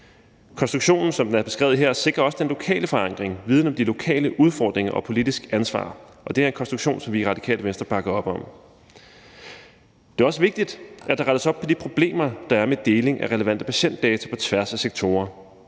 Konstruktionen, som den er beskrevet her, sikrer også den lokale forankring, viden om de lokale udfordringer og politisk ansvar, og det er en konstruktion, som vi i Radikale Venstre bakker op om. Det er også vigtigt, at der rettes op på de problemer, der er med deling af relevante patientdata på tværs af sektorer.